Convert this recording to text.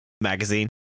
magazine